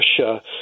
Russia